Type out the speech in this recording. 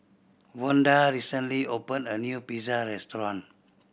Vonda recently opened a new Pizza Restaurant